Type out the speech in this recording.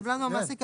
הקבלן הוא המעסיק.